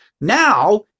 Now